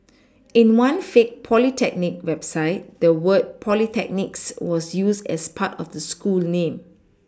in one fake polytechnic website the word Polytechnics was used as part of the school name